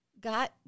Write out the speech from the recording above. God